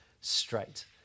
straight